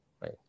right